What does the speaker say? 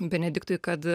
benediktui kad